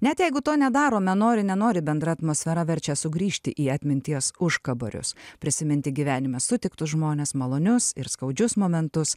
net jeigu to nedarome nori nenori bendra atmosfera verčia sugrįžti į atminties užkaborius prisiminti gyvenime sutiktus žmones malonius ir skaudžius momentus